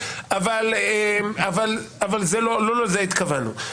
אבל לא לזה התכוונו.